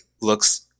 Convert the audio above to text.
looks